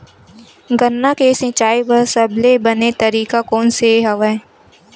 गन्ना के सिंचाई बर सबले बने तरीका कोन से हवय?